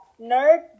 nerd